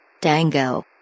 Dango